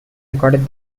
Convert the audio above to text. recorded